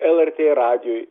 lrt radijui